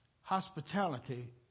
Hospitality